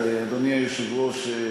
אדוני היושב-ראש,